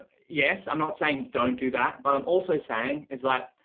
yes, i'm not saying don't do that, but i'm also saying is that,